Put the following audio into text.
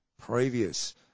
previous